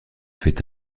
fait